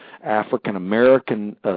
African-American